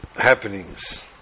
happenings